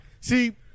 See